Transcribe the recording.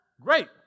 Great